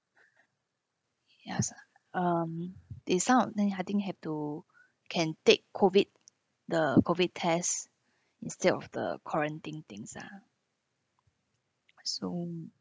yes ah um they some of them I think have to can take COVID the COVID test instead of the quarantine things ah so